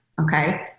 okay